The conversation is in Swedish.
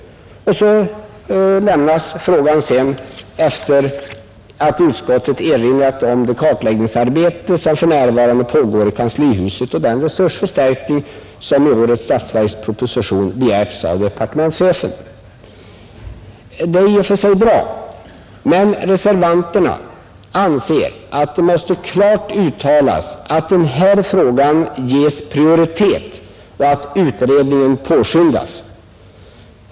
Och så lämnas frågan, sedan utskottet erinrat om det kartläggningsarbete som för närvarande pågår i kanslihuset och den resursförstärkning som i årets statsverksproposition begärts av departementschefen. Det är i och för sig bra, men reservanterna anser att det måste klart uttalas att den här frågan ges prioritet och att utredningen påskyndas.